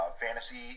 fantasy